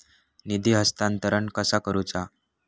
निधी हस्तांतरण कसा करुचा?